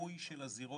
בניקוי של הזירות